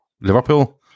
Liverpool